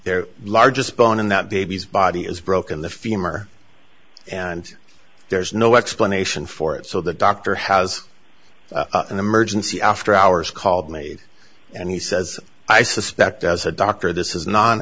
their largest bone in that baby's body is broken the femur and there's no explanation for it so the doctor has an emergency after hours called me and he says i suspect as a doctor this is non